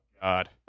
God